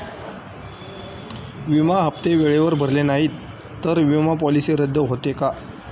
विमा हप्ते वेळेवर भरले नाहीत, तर विमा पॉलिसी रद्द होते का?